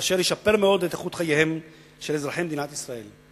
ואשר ישפר מאוד את איכות חייהם של אזרחי מדינת ישראל,